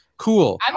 Cool